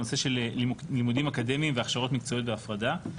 הנושא של לימודים אקדמיים והכשרות מקצועיות בהפרדה.